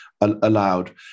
allowed